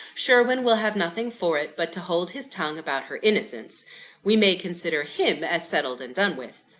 sherwin will have nothing for it but to hold his tongue about her innocence we may consider him as settled and done with.